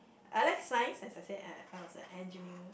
I like Science as I said I am a I was a engineer